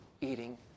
eating